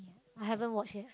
I haven't watch yet